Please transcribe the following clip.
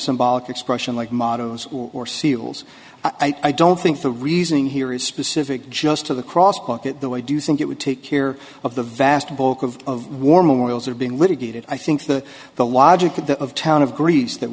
symbolic expression like mottoes or seals i don't think the reasoning here is specific just to the cross pocket though i do think it would take care of the vast bulk of war memorials are being litigated i think the the logic that of town of greece that